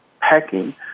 packing